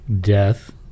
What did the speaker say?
death